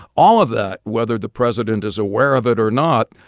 all of that, whether the president is aware of it or not,